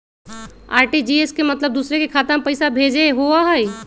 RTGS के मतलब दूसरे के खाता में पईसा भेजे होअ हई?